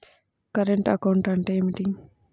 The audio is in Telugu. కరెంటు అకౌంట్ అంటే ఏమిటి?